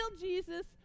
Jesus